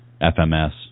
FMS